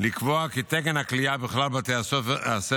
לקבוע כי תקן הכליאה בכלל בתי הסוהר